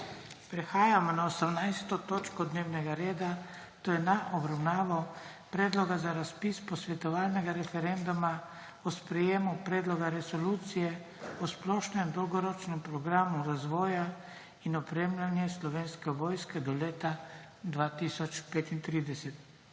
18. točko dnevnega reda, to je z obravnavo Predloga za razpis posvetovalnega referenduma o sprejemu Predloga resolucije o splošnem dolgoročnem programu razvoja in opremljanja Slovenske vojske do leta 2035.**